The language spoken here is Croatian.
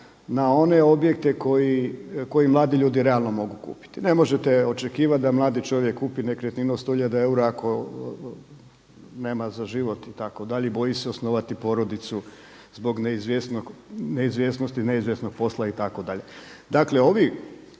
na one objekte koje mladi ljudi realno mogu kupiti. Ne možete očekivati da mladi čovjek kupi nekretninu od 100 hiljada eura ako nema za život itd. i boji se osnovati porodicu zbog neizvjesnosti, neizvjesnog posla itd.. Dakle ovi